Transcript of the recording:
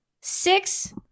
six